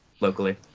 locally